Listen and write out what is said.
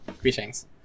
Greetings